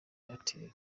airtel